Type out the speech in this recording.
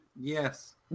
Yes